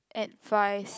advice